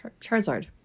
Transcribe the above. Charizard